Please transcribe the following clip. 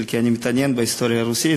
כי אני מתעניין בהיסטוריה הרוסית.